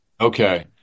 Okay